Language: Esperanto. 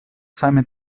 same